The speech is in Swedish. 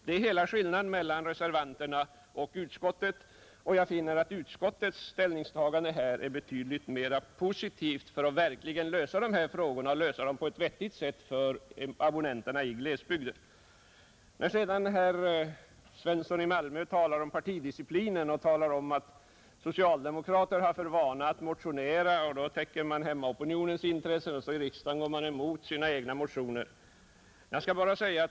Där ligger skillnaden mellan reservanternas och utskottets uppfattning. Jag finner att utskottets ställningstagande här är betydligt mera positivt för att vi verkligen skall kunna lösa dessa frågor på ett vettigt sätt för abonnenterna i glesbygden. Herr Svensson i Malmö talar om partidiciplinen och säger att socialdemokraterna har för vana att motionera för att täcka hemmaopinionens intressen, varpå de i riksdagen går emot sina egna motioner.